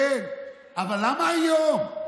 אבל למה היום?